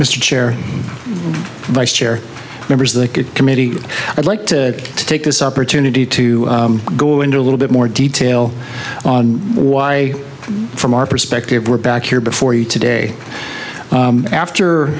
mr chair vice chair members of the committee i'd like to take this opportunity to go into a little bit more detail on why from our perspective we're back here before you today after